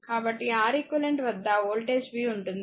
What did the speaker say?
కాబట్టి R eq వద్ద voltage v ఉంటుంది